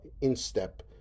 instep